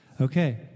Okay